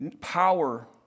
power